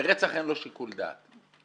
ברצח לשופט אין שיקול דעת.